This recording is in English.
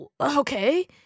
okay